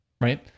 Right